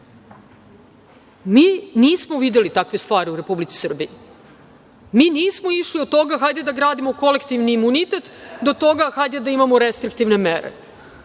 nismo videli takve stvari u Republici Srbiji. Mi nismo išli od toga – hajde da gradimo kolektivni imunitet, do toga – hajde da imamo restriktivne mere.